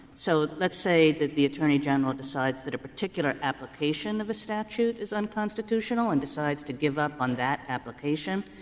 so let's say that the attorney general decides that a particular application of the statute is unconstitutional and decides to give up on that application.